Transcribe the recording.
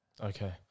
Okay